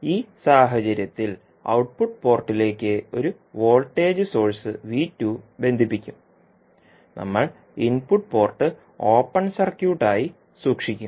ഈ സാഹചര്യത്തിൽ ഔട്ട്പുട്ട് പോർട്ടിലേക്ക് ഒരു വോൾട്ടേജ് സോഴ്സ് ബന്ധിപ്പിക്കും നമ്മൾ ഇൻപുട്ട് പോർട്ട് ഓപ്പൺ സർക്യൂട്ടായി സൂക്ഷിക്കും